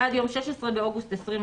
עד יום (16 באוגוסט 2020)